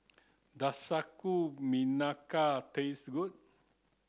does sagu melaka taste good